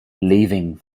leaving